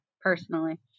personally